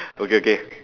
okay okay